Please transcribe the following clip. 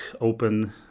open